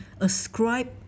ascribe